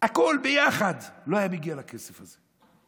הכול ביחד לא היה מגיע לכסף הזה,